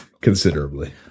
considerably